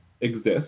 exist